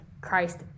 Christ